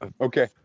Okay